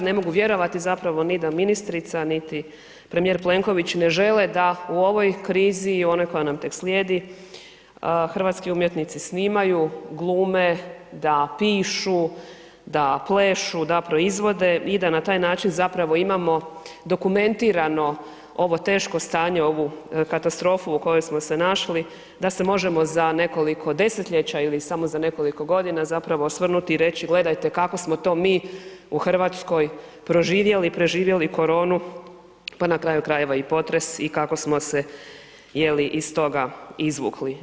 Ne mogu vjerovati zapravo ni da ministrica, ni da premijer Plenković ne žele da u ovoj krizi i onoj koja nam tek slijedi hrvatski umjetnici snimaju, glume da pišu, da plešu, da proizvode i da na taj način zapravo imamo dokumentirano ovo teško stanje, ovu katastrofu u kojoj smo se našli, da se možemo za nekoliko desetljeća ili samo za nekoliko godina zapravo osvrnuti i reći gledajte kako smo to mi u Hrvatskoj proživjeli i preživjeli koronu pa na kraju krajeva i potres i kako smo se je li iz toga izvukli.